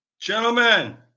gentlemen